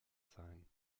sein